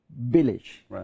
village